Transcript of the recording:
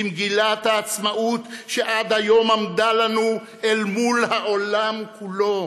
מגילת העצמאות שעד היום עמדה לנו אל מול העולם כולו.